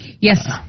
Yes